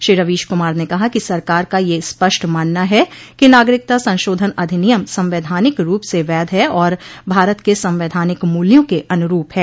श्री रवीश कुमार ने कहा कि सरकार का यह स्पष्ट मानना है कि नागरिकता संशोधन अधिनियम संवैधानिक रूप से वैध है और भारत के संवैधानिक मूल्यों के अनुरूप है